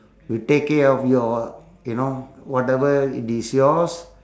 will take care of your you know whatever it is yours